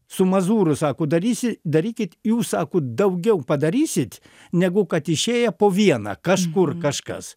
su mazūru sako darysi darykit jūs sako daugiau padarysit negu kad išėję po vieną kažkur kažkas